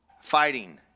fighting